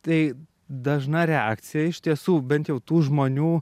tai dažna reakcija iš tiesų bent jau tų žmonių